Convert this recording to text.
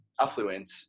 Affluent